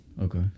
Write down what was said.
okay